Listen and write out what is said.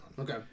Okay